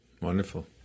Wonderful